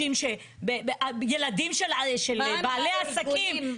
ילדים של בעלי עסקים.